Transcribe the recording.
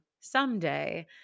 someday